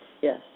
Yes